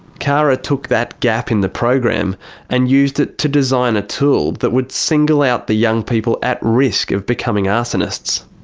kara took that gap in the program and used it to design a tool that would single out the young people at risk of becoming arsonists.